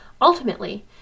Ultimately